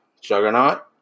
Juggernaut